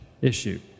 issue